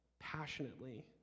passionately